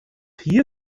hier